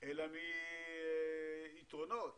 אלא מיתרונות